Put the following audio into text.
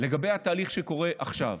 לגבי התהליך שקורה עכשיו,